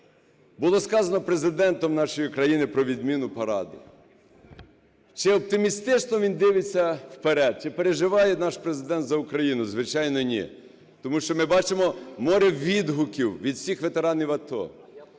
було сказано Президентом нашої країни про відміну параду. Чи оптимістично він дивиться вперед, чи переживає наш Президент за Україну – звичайно, ні. Тому що ми бачимо море відгуків від всіх ветеранів АТО,